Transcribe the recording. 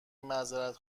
معذرت